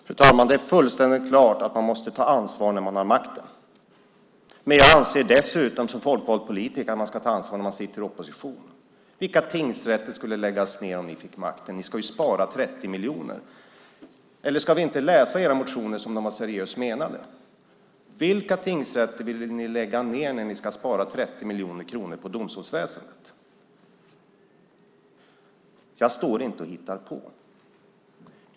Fru talman! Det är fullständigt självklart att man måste ta ansvar när man har makten, men jag anser att man som folkvald politiker också ska ta ansvar när man sitter i opposition. Vilka tingsrätter skulle läggas ned om ni fick makten, Fredrik Olovsson? Ni ska ju spara 30 miljoner. Eller ska vi inte läsa era motioner som om de var seriöst menade? Vilka tingsrätter vill ni lägga ned när ni ska spara 30 miljoner kronor på domstolsväsendet? Jag står inte och hittar på.